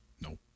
No